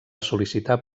sol·licitar